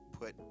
put